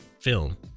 film